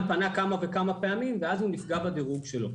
פנה כמה וכמה פעמים ואז הוא נפגע בדירוג שלו.